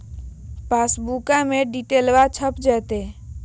पासबुका में डिटेल्बा छप जयते?